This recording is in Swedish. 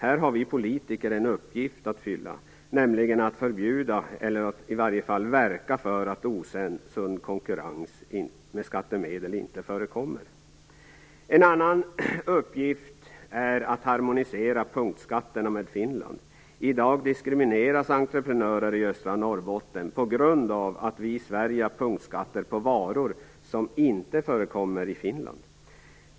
Här har vi politiker en uppgift att fylla, nämligen att förbjuda, eller i varje fall verka för, att osund konkurrens med skattemedel inte förekommer. En annan uppgift är att harmonisera de svenska punktskatterna med Finlands. I dag diskrimineras entreprenörer i östra Norrbotten på grund av att vi i Sverige har punktskatter som inte förekommer i Finland på varor.